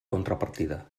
contrapartida